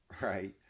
right